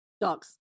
Dogs